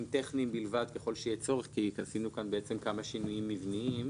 טכניים בלבד ככל שיהיה צורך כי עשינו כאן כמה שינויים מבניים.